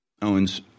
Owen's